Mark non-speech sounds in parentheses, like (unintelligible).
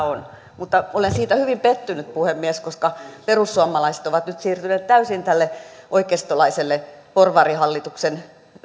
(unintelligible) on olen siitä hyvin pettynyt puhemies että perussuomalaiset ovat nyt siirtyneet täysin tälle oikeistolaiselle porvarihallituksen